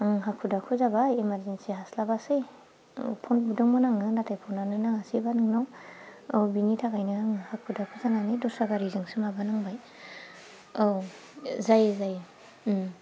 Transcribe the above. आं हाखु दाखु जाबाय इमारजिनसि हास्लाबासै औ फन बुदोंमोन आङो नाथाय फनआनो नाङासैबा नोंनाव औ बिनि थाखायनो आङो हाखु दाखु जानानै दस्रा गारिजोंसो माबानांबाय औ जायो जायो